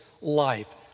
life